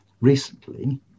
recently